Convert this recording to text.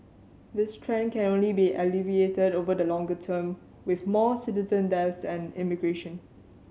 this trend can only be alleviated over the longer term with more citizen and immigration